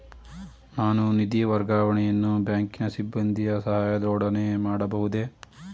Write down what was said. ನಾನು ನಿಧಿ ವರ್ಗಾವಣೆಯನ್ನು ಬ್ಯಾಂಕಿನ ಸಿಬ್ಬಂದಿಯ ಸಹಾಯದೊಡನೆ ಮಾಡಬಹುದೇ?